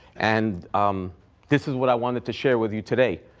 and um this is what i wanted to share with you today.